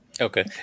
Okay